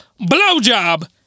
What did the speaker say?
blowjob